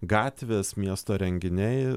gatvės miesto renginiai